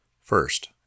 First